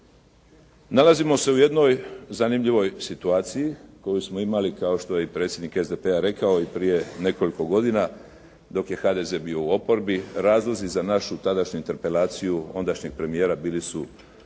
Nalazimo se u jednoj zanimljivoj situaciji koju smo imali kao što je i predsjednik SDP-a rekao i prije nekoliko godina dok je HDZ bio u oporbi, razlozi za našu tadašnju interpelaciju ondašnjeg premijera bili su